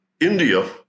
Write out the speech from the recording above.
India